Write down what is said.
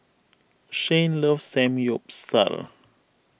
Shane loves Samgyeopsal